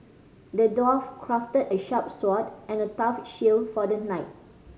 the dwarf crafted a sharp sword and a tough shield for the knight